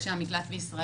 תקשיב, בוא.